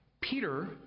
Peter